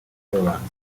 rw’abantu